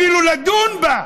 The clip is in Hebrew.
אפילו לדון בה,